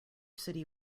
city